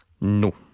no